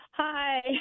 Hi